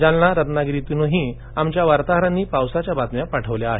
जालना रत्नागिरीतूनही आमच्या वार्ताहरांनी पावसाच्या बातम्या पाठवल्या आहेत